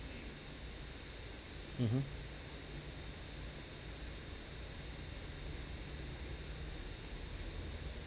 mmhmm